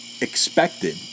expected